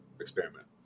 experiment